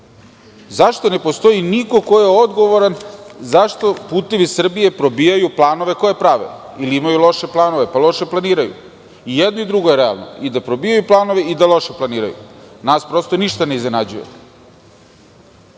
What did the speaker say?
Zašto ne postoji niko ko je odgovoran zašto "Putevi Srbije" probijaju planove koje prave ili imaju loše planove, pa loše planiraju? I jedno i drugo je realno, i da probijaju planove i da loše planiraju. Nas ništa ne iznenađuje.Zašto